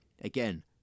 again